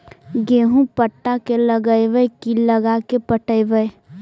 गेहूं पटा के लगइबै की लगा के पटइबै?